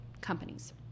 companies